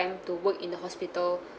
to work in the hospital